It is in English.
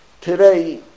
today